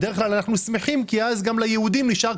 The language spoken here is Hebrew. בדרך כלל אנחנו שמחים כי אז גם ליהודים נשארים